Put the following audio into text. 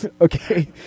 Okay